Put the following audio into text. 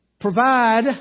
Provide